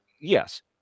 Yes